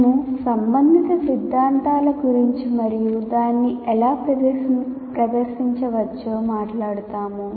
మేము సంబంధిత సిద్ధాంతాల గురించి మరియు దానిని ఎలా ప్రదర్శించవచ్చో మాట్లాడుతాము